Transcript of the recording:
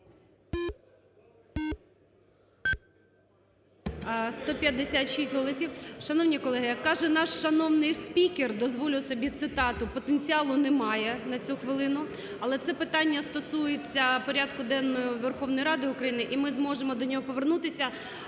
156 голосів. Шановні колеги, як каже наш шановний спікер, дозволю собі цитату, "потенціалу немає на цю хвилину", але це питання стосується порядку денного Верховної Ради України, і ми зможемо до нього повернутися.